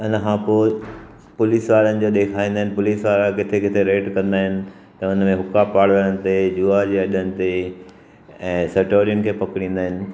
हिन खां पोइ पुलिस वारनि जा ॾेखारींदा आहिनि पुलिस वारा किथे किथे रैड कंदा आहिनि त हुन में हुका ते जुआ जे अॾनि ते ऐं सटोरीन खे पकड़ींदा आहिनि